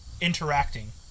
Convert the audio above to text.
interacting